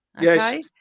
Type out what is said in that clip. Yes